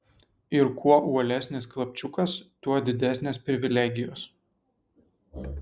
ir kuo uolesnis klapčiukas tuo didesnės privilegijos